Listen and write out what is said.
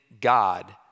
God